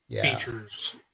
features